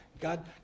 God